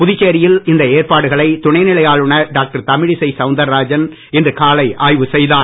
புதுச்சேரியில் இந்த ஏற்பாடுகளை துணை நிலை ஆளுநர் டாக்டர் தமிழிசை சவுந்தர்ராஜன் இன்று காலை ஆய்வு செய்தார்